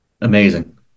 Amazing